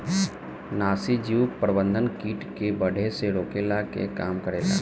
नाशीजीव प्रबंधन किट के बढ़े से रोकला के काम करेला